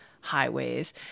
highways